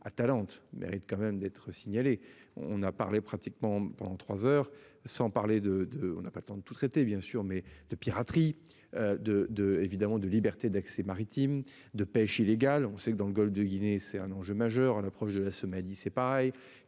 Atalante mérite quand même d'être signalé. On a parlé pratiquement pendant 3h sans parler de de, on n'a pas le temps de tout traité bien sûr mais de piraterie. De de évidemment de liberté d'accès maritime de pêche illégale. On sait que dans le Golfe de Guinée. C'est un enjeu majeur à l'approche de la Somalie, c'est pareil